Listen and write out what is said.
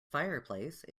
fireplace